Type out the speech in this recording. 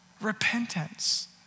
repentance